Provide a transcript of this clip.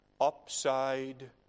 upside